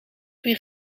weer